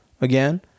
again